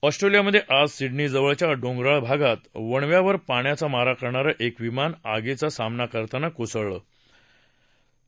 ऑस्ट्रेलियामध्ये आज सिडनीजवळच्या डोंगराळ भागात वणव्यावर पाण्याचा मारा करणारं एक विमान आगीचा सामना करताना कोसळलं असण्याची शक्यता आहे